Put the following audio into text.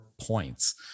points